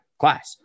Class